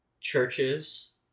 churches